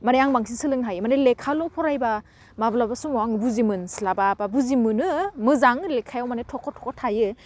माने आं बांसिन सोलोंनो हायो माने लेखाल' फरायबा माब्लाबा समाव आं बुजि मोनस्लाबा बा बुजि मोनो मोजां लेखायाव माने थख' थख' थायो